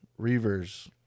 Reavers